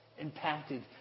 impacted